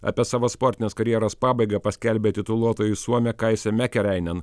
apie savo sportinės karjeros pabaigą paskelbė tituluotoji suomė kaisė mekerainėn